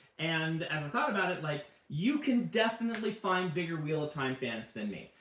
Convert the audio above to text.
and as i thought about it, like you can definitely find bigger wheel of time fans than me.